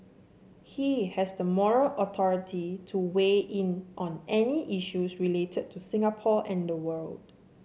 he has the moral authority to weigh in on any issues related to Singapore and the world